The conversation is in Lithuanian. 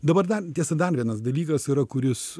dabar dar tiesa dar vienas dalykas yra kuris